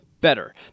better